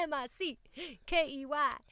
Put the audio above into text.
Mickey